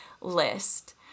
list